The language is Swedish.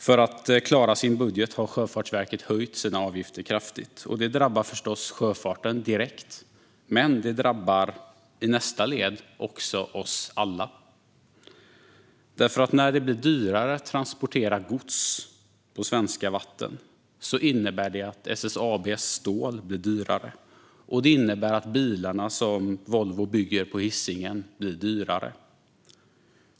För att kunna hålla sin budget har Sjöfartsverket kraftigt höjt sina avgifter. Det drabbar förstås sjöfarten direkt, men i nästa led drabbar det också oss alla. När det blir dyrare att transportera gods på svenska vatten innebär det nämligen att SSAB:s stål blir dyrare och att bilarna som Volvo bygger på Hisingen blir dyrare.